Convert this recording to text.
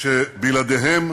שבלעדיהם